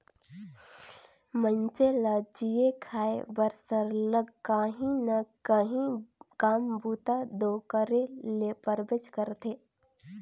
मइनसे ल जीए खाए बर सरलग काहीं ना काहीं काम बूता दो करे ले परबेच करथे